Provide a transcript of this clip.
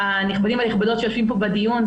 הנכבדים והנכבדות, שיושבים כאן בדיון.